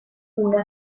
una